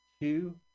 two